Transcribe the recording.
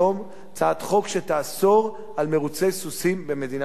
הצעת חוק שתאסור מירוצי סוסים במדינת ישראל.